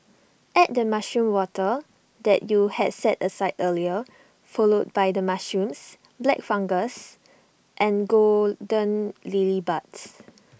add the mushroom water that you had set aside earlier followed by the mushrooms black fungus and golden lily buds